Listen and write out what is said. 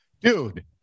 Dude